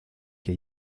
que